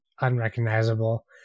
unrecognizable